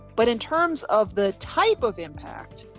but in terms of the type of impact,